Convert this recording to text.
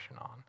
on